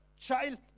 child